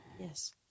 Yes